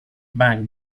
bang